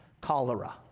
Cholera